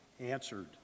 answered